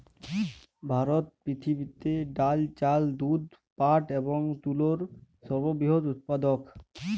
ভারত পৃথিবীতে ডাল, চাল, দুধ, পাট এবং তুলোর সর্ববৃহৎ উৎপাদক